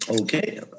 Okay